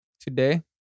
today